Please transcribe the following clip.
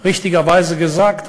הנאציונליזם הקיצוני,